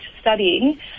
studying